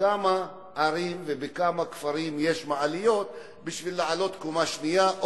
בכמה ערים ובכמה כפרים יש מעליות בשביל לעלות לקומה השנייה,